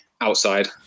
outside